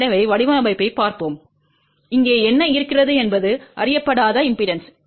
எனவே வடிவமைப்பைப் பார்ப்போம் இங்கே என்ன இருக்கிறது என்பது அறியப்படாத இம்பெடன்ஸ்